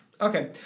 Okay